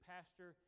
Pastor